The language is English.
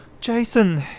Jason